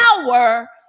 power